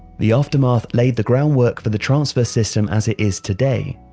the aftermath laid the groundwork for the transfer system as it is today.